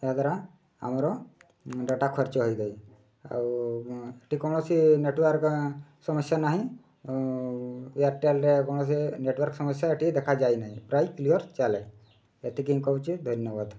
ଏହାଦ୍ୱାରା ଆମର ଡାଟା ଖର୍ଚ୍ଚ ହୋଇଯାଏ ଆଉ ଏଠି କୌଣସି ନେଟୱାର୍କ୍ ସମସ୍ୟା ନାହିଁ ଏୟାରଟେଲରେ କୌଣସି ନେଟୱାର୍କ୍ ସମସ୍ୟା ଏଠି ଦେଖାଯାଇନାହିଁ ପ୍ରାୟ କ୍ଲିଅର୍ ଚାଲେ ଏତିକି ହିଁ କହୁଛି ଧନ୍ୟବାଦ